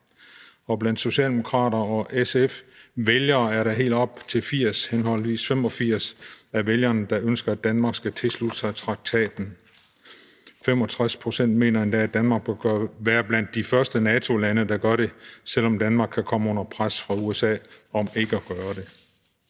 Blandt socialdemokrater og SF's vælgere er der helt op til 80 henholdsvis 85 pct. af vælgerne, der ønsker, at Danmark skal tilslutte sig traktaten. 65 pct. mener endda, at Danmark bør være blandt de første NATO-lande, der gør det, selv om Danmark kan komme under pres fra USA til ikke at gøre det.